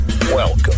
Welcome